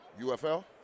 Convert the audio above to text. UFL